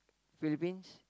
Philippines